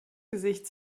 gesicht